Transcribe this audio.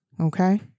Okay